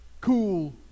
cool